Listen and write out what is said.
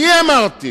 אני אמרתי